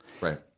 Right